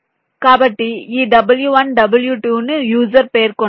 కాబట్టి ఈ w1 w2 ను యూజర్ పేర్కొనవచ్చు